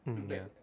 mm ya